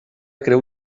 creu